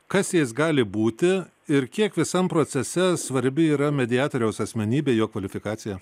kas jais gali būti ir kiek visam procese svarbi yra mediatoriaus asmenybė jo kvalifikacija